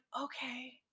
okay